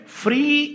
free